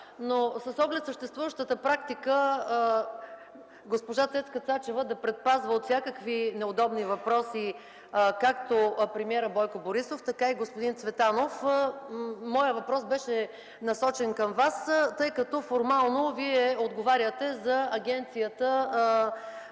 но с оглед съществуващата практика госпожа Цецка Цачева да предпази от всякакви неудобни въпроси както премиера Бойко Борисов, така и господин Цветанов, моят въпрос беше насочен към Вас, тъй като формално Вие отговаряте за Агенцията